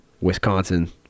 Wisconsin